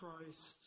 Christ